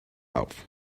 auf